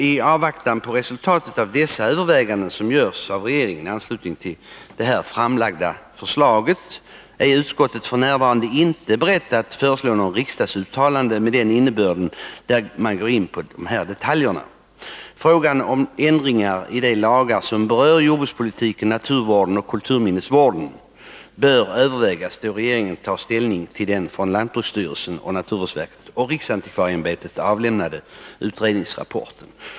I avvaktan på resultatet av de överväganden som görs av regeringen i anslutning till det här framlagda förslaget är utskottet f. n. inte berett att föreslå något riksdagsuttalande där man går in på de här detaljerna. Frågan om ändringar i de lagar som berör jordbrukspolitiken, naturvården och kulturminnesvården bör övervägas då regeringen tar ställning till den från lantbruksstyrelsen, naturvårdsverket och riksantikvarieämbetet avlämnade utredningsrapporten.